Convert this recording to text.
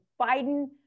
biden